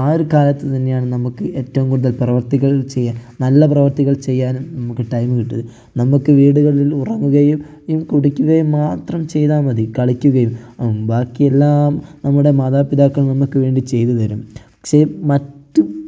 ആ ഒരുകാലത്ത് തന്നെയാണ് നമുക്ക് ഏറ്റവും കൂടുതൽ പ്രവൃത്തികൾ ചെയ്യാൻ നല്ല പ്രവൃത്തികൾ ചെയ്യാനും നമുക്ക് ടൈം കിട്ടുന്നത് നമുക്ക് വീടുകളിൽ ഉറങ്ങുകയും കുടിക്കുകയും മാത്രം ചെയ്താൽ മതി കളിക്കുകയും ബാക്കിയെല്ലാം നമ്മുടെ മാതാപിതാക്കൾ നമുക്ക് വേണ്ടി ചെയ്തു തരും പക്ഷേ മറ്റ്